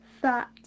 fat